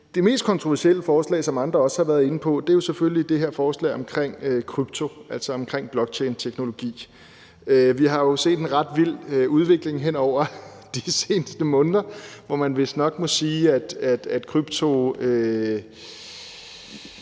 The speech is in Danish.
Det mest kontroversielle forslag, som andre også har været inde på, er jo selvfølgelig det her forslag omkring krypto, altså omkring blockchainteknologi. Vi har jo set en ret vild udvikling hen over de seneste måneder, hvor man vistnok må sige, at kryptomarkedet,